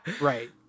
right